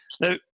Now